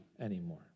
anymore